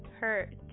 hurt